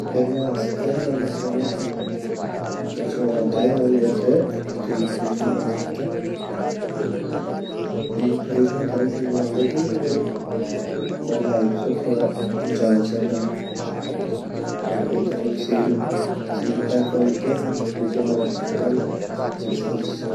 मांस ते लम्बा समय ते बचोंडो ते हम वेते डीप फ्रिज मा रख सकदा, डीप फ्रिज मा धन से यु वोंदु की उ अपरा लाइफ से थोड़ा ज़्यादा चल जांदू अर येते हम सील पैक कोरी ते हम फ्रिजर मा रख सकदा।